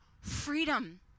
freedom